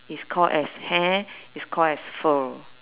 is called as hair is called as fur